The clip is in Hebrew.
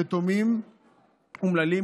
יתומים אומללים,